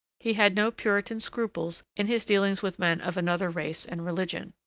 he had no puritan scruples in his dealings with men of another race and religion.